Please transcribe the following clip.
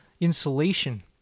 Insulation